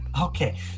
Okay